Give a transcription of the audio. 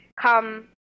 come